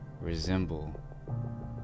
resemble